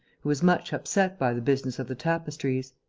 who was much upset by the business of the tapestries.